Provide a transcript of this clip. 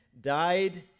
died